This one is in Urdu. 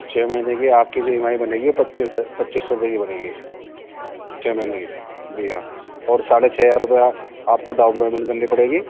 چھ مہینے کی آپ کی جو ای ایم آئی بنے گی وہ پچیس پچیس سو روپئے کی بنے گی چھ مہینے کی جی ہاں اور ساڑھے چھ ہزار روپیہ آپ کو ڈاؤن پیمنٹ کرنی پڑے گی